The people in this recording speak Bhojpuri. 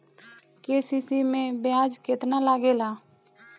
के.सी.सी मै ब्याज केतनि लागेला?